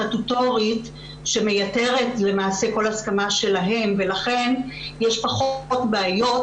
להתמודד איתם ולכן ללא ספק נדרש איזה שהוא איגום משאבים